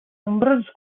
nombrosos